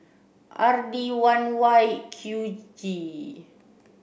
R D one Y Q G